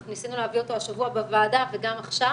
אנחנו ניסינו להביא אותו השבוע בוועדה וגם עכשיו.